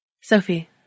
Sophie